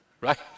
Right